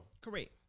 Correct